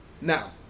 now